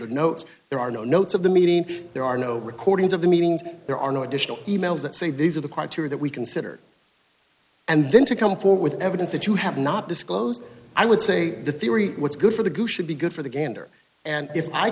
the notes there are no notes of the meeting there are no recordings of the meetings there are no additional e mails that say these are the criteria that we considered and then to come forward evidence that you have not disclosed i would say the theory what's good for the goose should be good for the gander and if i